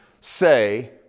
say